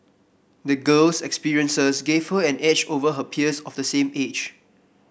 the girl's experiences gave her an edge over her peers of the same age